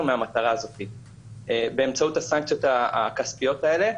מהמטרה הזאת באמצעות הסנקציות הכספיות האלה.